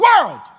world